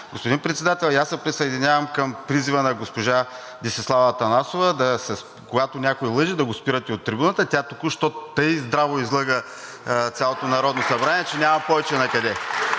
Господин Председател, присъединявам се към призива на госпожа Десислава Атанасова, когато някой лъже, да го спирате от трибуната. Тя току що тъй здраво излъга цялото Народно събрание, че няма повече накъде.